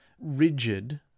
rigid